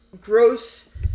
gross